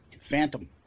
Phantom